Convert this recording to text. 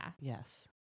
Yes